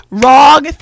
wrong